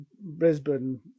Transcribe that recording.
brisbane